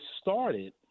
started